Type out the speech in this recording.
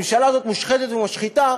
הממשלה הזאת מושחתת ומשחיתה